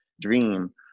dream